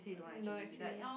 no actually